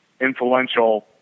influential